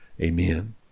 Amen